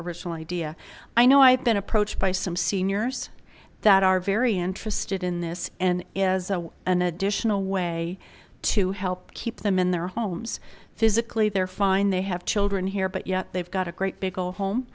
original idea i know i've been approached by some seniors that are very interested in this and is a in a way to help keep them in their homes physically they're fine they have children here but yet they've got a great big ol home